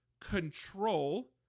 control